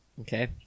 Okay